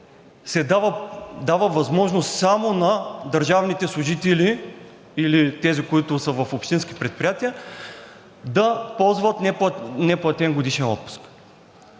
се дава възможност само на държавните служители или тези, които са в общински предприятия да ползват неплатен годишен отпуск.